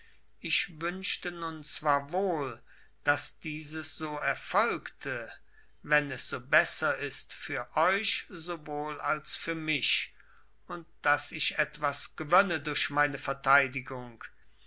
ich wünschte nun zwar wohl daß dieses so erfolgte wenn es so besser ist für euch sowohl als für mich und daß ich etwas gewönne durch meine verteidigung